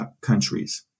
countries